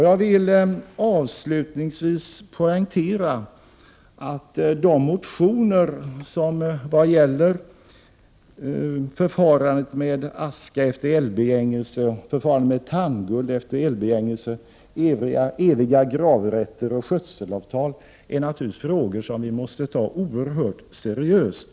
Jag vill avslutningsvis poängtera att de motioner som väckts om förfarandet med aska efter eldbegängelse, förfarandet med tandguld efter eldbegängelse, eviga gravrätter och skötselavtal gäller frågor som vi naturligtvis måste behandla oerhört seriöst.